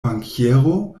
bankiero